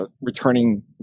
returning